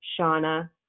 Shauna